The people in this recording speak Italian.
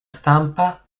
stampa